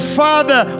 father